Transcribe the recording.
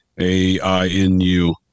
A-I-N-U